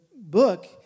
book